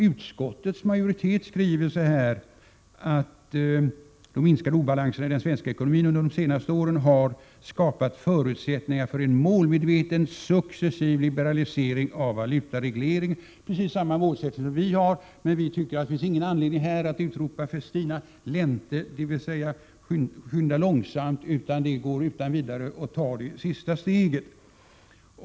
Utskottets majoritet skriver: ”De minskade obalanserna i den svenska ekonomin under de senaste åren har ——— skapat förutsättningar för en målmedveten, successiv liberalisering av valutaregleringen.” Det är precis samma målsättning som den vi har, men vi tycker att det inte finns någon anledning att här utropa festina lente, dvs. skynda långsamt, utan det går att utan vidare ta det sista steget.